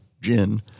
gin